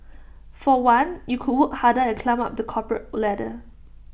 for one you could work harder and climb up the corporate ladder